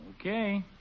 Okay